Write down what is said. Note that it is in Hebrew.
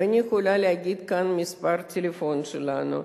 ואני יכולה להגיד כאן את מספר הטלפון שלנו,